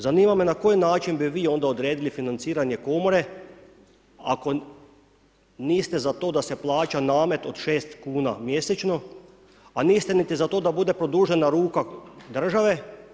Zanima me na koji način bi vi onda odredili financiranje komore, ako niste za to da se plaća namet od 6 kn mjesečno, a niste ni za to da bude produžena ruka države.